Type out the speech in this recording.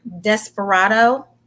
Desperado